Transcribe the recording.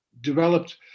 developed